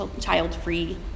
child-free